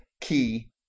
key